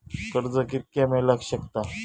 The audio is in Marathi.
कर्ज कितक्या मेलाक शकता?